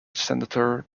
senator